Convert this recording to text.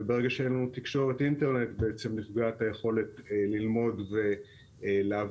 וברגע שאין לנו תקשורת אינטרנט נפגעת היכולת ללמוד ולעבוד.